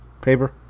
paper